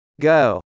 Go